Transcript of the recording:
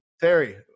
Terry